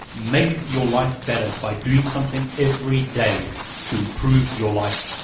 make your life better by doing something every day to improve your life.